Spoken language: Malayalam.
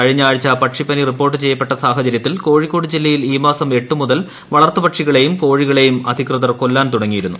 കഴിഞ്ഞ ആഴ്ച പക്ഷിപ്പനി റിപ്പോർട്ട് ചെയ്യപ്പെട്ട സാഹചരൃത്തിൽ കോഴിക്കോട് ജില്ലയിൽ ഈ മാസം എട്ട് മുതൽ വളർത്തു പക്ഷികളെയും കോഴികളെയും അധികൃതർ കൊല്ലാൻ തുടങ്ങിയിരുന്നു